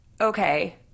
okay